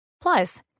Plus